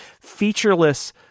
featureless